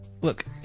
Look